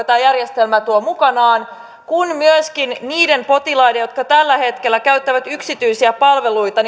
tämä järjestelmä tuo mukanaan kun myöskin niiden potilaiden jotka tällä hetkellä käyttävät yksityisiä palveluita